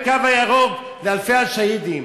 -- בקו הירוק, ולאלפי שהידים.